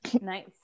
Nice